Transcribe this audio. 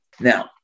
Now